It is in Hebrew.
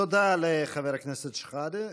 תודה לחבר הכנסת שחאדה.